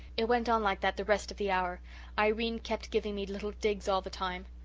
it went on like that the rest of the hour irene kept giving me little digs all the time.